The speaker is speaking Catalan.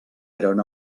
eren